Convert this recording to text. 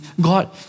God